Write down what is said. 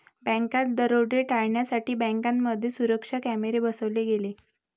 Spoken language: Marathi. बँकात दरोडे टाळण्यासाठी बँकांमध्ये सुरक्षा कॅमेरे बसवले गेले